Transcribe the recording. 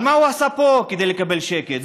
אבל מה הוא עשה פה כדי לקבל שקט?